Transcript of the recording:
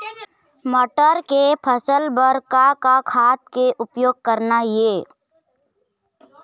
मटर के फसल बर का का खाद के उपयोग करना ये?